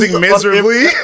miserably